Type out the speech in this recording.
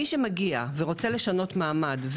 מי שמגיע ורוצה לשנות מעמד,